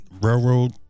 railroad